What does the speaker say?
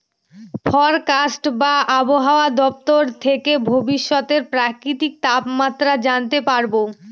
forecast বা আবহাওয়া দপ্তর থেকে ভবিষ্যতের প্রাকৃতিক তাপমাত্রা জানতে পারবো